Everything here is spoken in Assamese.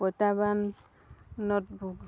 প্ৰত্যাহ্বানত ভোগোঁ